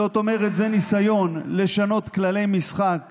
זאת אומרת, זה ניסיון לשנות כללי משחק